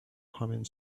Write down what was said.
humming